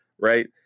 right